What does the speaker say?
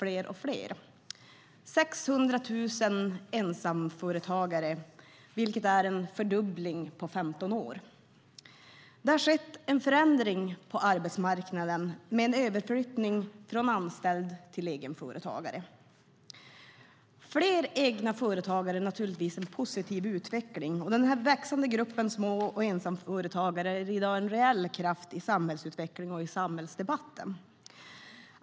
Det finns nu 600 000 ensamföretagare, vilket är en fördubbling på 15 år. Det har skett en förändring på arbetsmarknaden med en överflyttning från anställd till egenföretagare. Fler egna företag är naturligtvis en positiv utveckling. Den växande gruppen små och ensamföretagare är en reell kraft i samhällsutvecklingen och i samhällsdebatten.